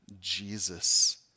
Jesus